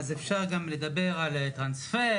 אז אפשר גם לדבר על טרנספר,